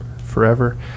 forever